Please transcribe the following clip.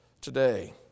today